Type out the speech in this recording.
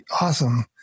Awesome